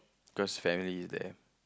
cause family is there